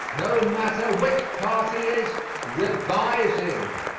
no matter which party is revising.